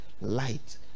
Light